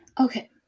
Okay